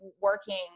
working